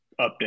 update